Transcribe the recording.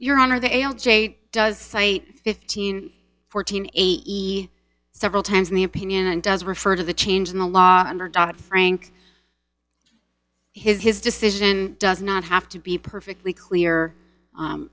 your honor the a l j does say fifteen fourteen eight he several times in the opinion and does refer to the change in the law under dot frank his his decision does not have to be perfectly clear